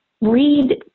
Read